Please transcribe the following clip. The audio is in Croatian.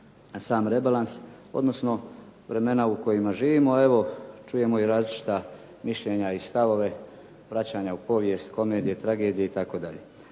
sam rebalans odnosno vremena u kojima živimo. Evo, čujemo i različita mišljenja i stavove vraćanja u povijest, komedije, tragedije itd.